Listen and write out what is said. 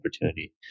opportunity